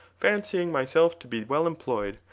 fancying myself to be well employed,